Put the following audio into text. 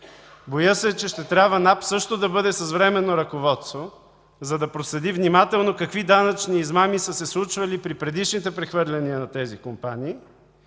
Боя се, че ще трябва НАП също да бъде с временно ръководство, за да проследи внимателно какви данъчни измами са се случвали при предишните прехвърляния на тези компании,